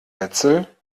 wetzel